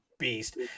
beast